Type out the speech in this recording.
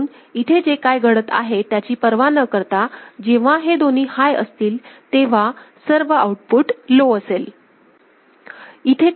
म्हणून इथे जे काय घडत आहे त्याची पर्वा न करता जेव्हा हे दोन्ही हाय असतील तेव्हा सर्व आउटपुट लो असेल